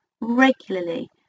regularly